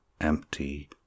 empty